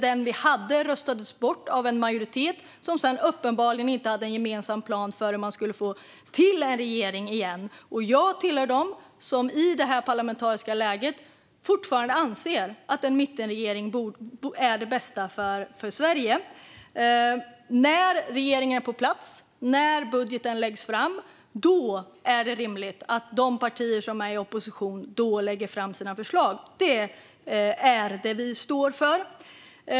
Den vi hade röstades bort av en majoritet som uppenbarligen inte hade en gemensam plan för hur man skulle få till en regering igen. Jag tillhör dem som i detta parlamentariska läge fortfarande anser att en mittenregering är det bästa för Sverige. När regeringen är på plats och budgeten läggs fram är det rimligt att de partier som är i opposition lägger fram sina förslag. Det är det vi står för.